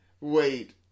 Wait